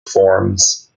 forms